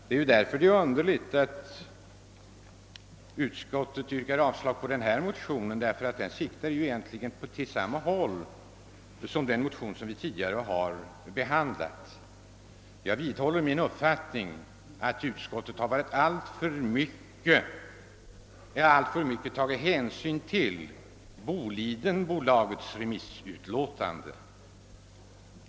Därför är det underligt att utskottet yrkar avslag på motion II: 840, ty denna siktar egentligen åt samma håll som den motion vi tidigare behandlat. Jag vidhåller min uppfattning om att utskottet alltför mycket tagit hänsyn till Bolidenbolagets remissutlåtande.